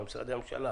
על משרדי הממשלה